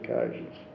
occasions